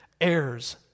heirs